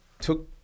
took